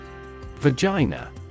Vagina